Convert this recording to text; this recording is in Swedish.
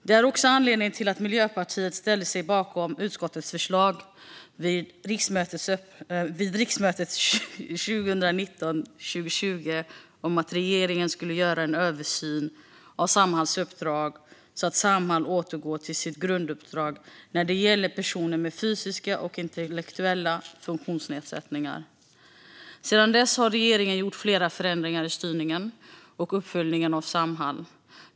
Det är också anledningen till att Miljöpartiet ställde sig bakom utskottets förslag vid riksmötet 2019/20 om att regeringen skulle göra en översyn av Samhalls uppdrag så att Samhall återgår till sitt grunduppdrag när det gäller personer med fysiska och intellektuella funktionsnedsättningar. Sedan dess har regeringen gjort flera förändringar i styrningen och uppföljningen av Samhall.